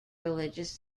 religious